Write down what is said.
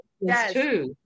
yes